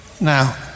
Now